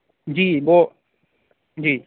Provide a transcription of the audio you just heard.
جی وہ جی